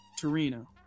Torino